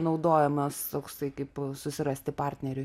naudojamas toksai kaip susirasti partneriui